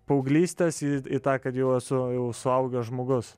paauglystės į į tą kad jau esu jau suaugęs žmogus